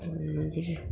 मागीर